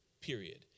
period